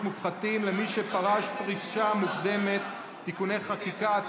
מופחתים למי שפרש פרישה מוקדמת (תיקוני חקיקה),